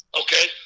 okay—